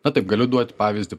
na taip galiu duoti pavyzdį